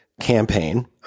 campaign